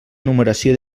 numeració